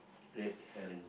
red herring